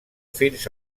fins